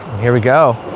here we go.